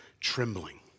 Trembling